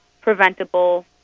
preventable